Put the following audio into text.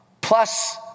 plus